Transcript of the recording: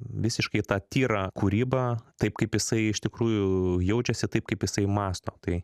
visiškai tą tyrą kūrybą taip kaip jisai iš tikrųjų jaučiasi taip kaip jisai mąsto tai